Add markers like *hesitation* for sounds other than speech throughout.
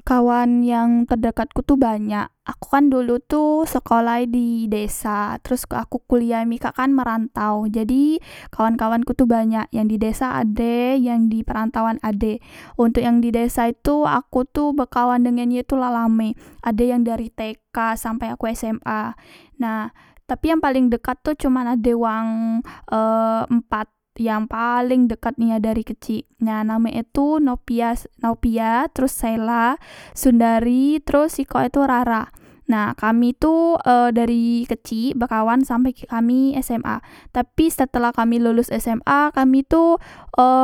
Kawan yang tedekat ku tu banyak aku kan dulu tu sekolah e di desa teros aku kuliah mikak kan merantau jadi kawan kawan ku tu banyak yang di desa ade yang di perantauan ade ontok yang didesa itu aku tu bekawan dengan ye tu la lame ade yang dari tk sampe aku sma nah tapi yang paleng dekat itu cuma ade wang *hesitation* e empat yang paleng dekat nia dari kecik na namek e tu nopia sek nopia terus sela sundari teros sikok e tu rara nah kami tu e dari kecik bekawan sampe kami sma tapi setelah kami lolos sma kami tu e *hesitation*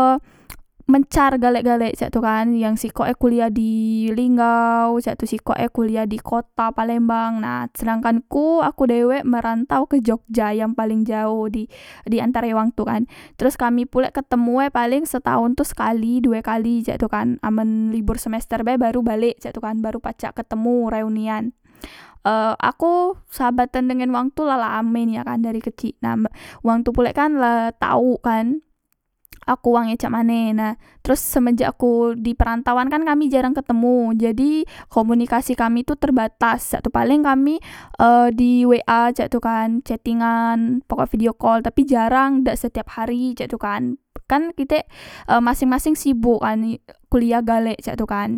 mencar galek galek cak tu kan yang sikok e kuliah di linggau cak tu sikok e kuliah di kota palembang nah sedangkan ku aku dewek merantau ke jogja yang paleng jauh di antare wang tu kan teros kami pulek ketemue paleng setaon tu sekali due kali cak tu kan amen libor semester be baru balek cak tukan baru pacak ketemu reunian e aku sahabatan dengan wang tu la lame nian dari kecik nah wang tu pulek kan la tau kan aku wang e cak mane nah teros semenjak aku di perantauan kan kami jarang ketemu jadi komunikasi kami tu terbatas caktu paleng kami e di wa cak tu kan chattingan pokoke video call tapi jarang dak setiap hari cek tu kan kan kitek e maseng maseng sibuk kan ik kuliah galek cak tu kan